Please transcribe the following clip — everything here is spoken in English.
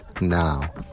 now